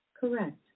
Correct